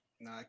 No